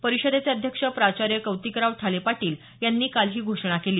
परिषदेचे अध्यक्ष प्राचार्य कौतिकराव ठाले पाटील यांनी काल ही घोषणा केली